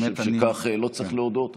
לא צריך להודות.